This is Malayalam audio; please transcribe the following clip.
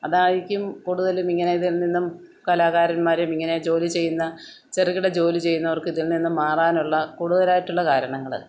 അതായിരിക്കും കൂടുതലും ഇങ്ങനെ ഇതിൽ നിന്നും കലാകാരന്മാരെയും ഇങ്ങനെ ജോലി ചെയ്യുന്ന ചെറുകിട ജോലി ചെയ്യുന്നവർക്ക് ഇതിൽ നിന്നും മാറാനുള്ള കൂടുതലായിട്ടുള്ള കാരണങ്ങള്